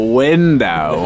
window